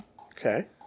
Okay